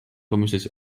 pomyśleć